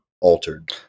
altered